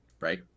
right